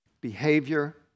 Behavior